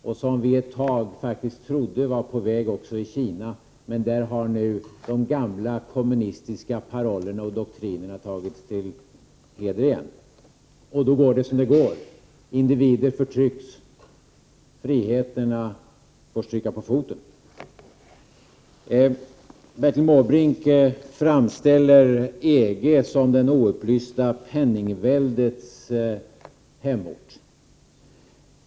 Ett tag trodde vi faktiskt att den var på väg också i Kina, men där har nu de gamla kommunistiska parollerna och doktrinerna tagits till heders igen, och då går det som det går: Individer förtrycks, friheterna får stryka på foten. Bertil Måbrink framställer EG som det oupplysta penningväldets hemort.